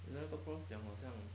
那个 prof 讲好像